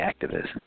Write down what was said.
activist